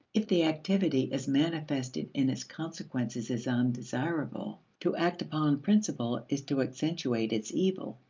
if the activity as manifested in its consequences is undesirable, to act upon principle is to accentuate its evil.